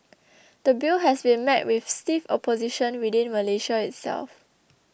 the Bill has been met with stiff opposition within Malaysia itself